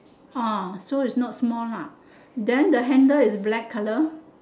ah so is not small ha then the handle is black colour